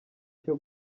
cyo